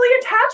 attached